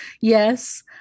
Yes